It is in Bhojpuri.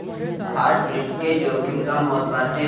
हाइब्रिड में जोखिम कम होत बाटे